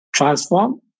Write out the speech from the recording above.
Transform